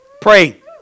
Pray